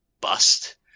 bust